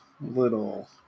little